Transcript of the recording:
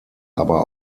aber